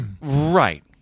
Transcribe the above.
Right